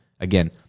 Again